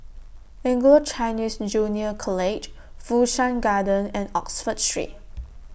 Anglo Chinese Junior College Fu Shan Garden and Oxford Street